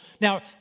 Now